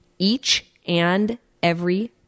eachandevery